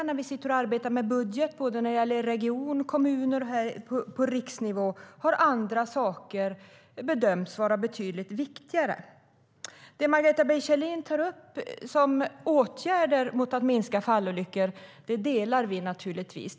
När vi sitter och arbetar med budget, såväl i regioner och kommuner som på riksnivå, bedöms andra saker vara betydligt viktigare.De åtgärder som Margareta B Kjellin föreslår för att minska fallolyckorna håller vi naturligtvis med om.